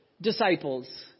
Disciples